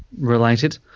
related